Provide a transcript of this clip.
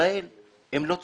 בישראל הם לא ציונים.